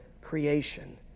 creation